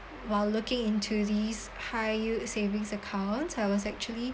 while looking into these high yield savings account I was actually